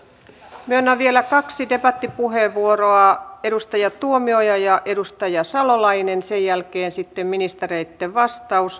myönnän vielä kaksi debattipuheenvuoroa edustaja tuomioja ja edustaja salolainen sen jälkeen sitten ministereitten vastaus